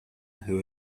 who